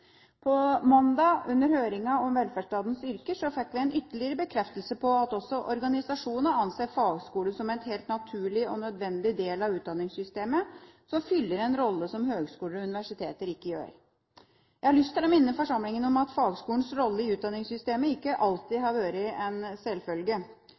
På mandag, under høringen om velferdsstatens yrker, fikk vi en ytterligere bekreftelse på at også organisasjonene anser fagskolene som en helt naturlig og nødvendig del av utdanningssystemet, som fyller en rolle som høgskoler og universiteter ikke gjør. Jeg har lyst til å minne forsamlingen om at fagskolenes rolle i utdanningssystemet ikke alltid